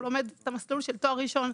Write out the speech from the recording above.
הוא לומד את המסלול של תואר ראשון.